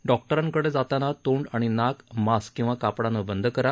डॉक्टरांकडे जाताना तोंड आणि नाक मास्क किंवा कापडानं बंद करा